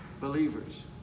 believers